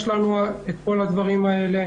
יש לנו את כל הדברים האלה.